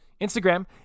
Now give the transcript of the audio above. Instagram